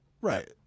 Right